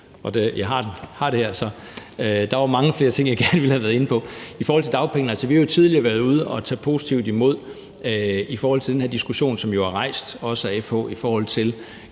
Der var mange flere ting, jeg gerne ville have været inde på. I forhold til dagpenge: Altså, vi har jo tidligere været ude og tage positivt imod den her diskussion, som jo er rejst, også af FH, altså i forhold til